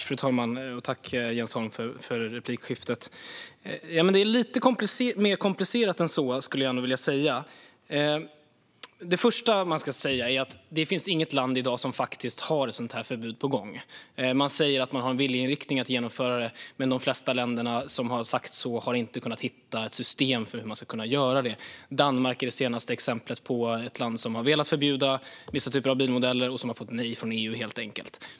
Fru talman! Det är lite mer komplicerat än så, skulle jag nog vilja säga. Det första man ska säga är att det inte finns något land i dag som faktiskt har ett sådant här förbud på gång. Man säger att man har en viljeinriktning att genomföra det, men de flesta länder som har sagt så har inte kunnat hitta ett system för att kunna göra det. Danmark är det senaste exemplet på ett land som har velat förbjuda vissa typer av bilmodeller, och så har man helt enkelt fått nej från EU.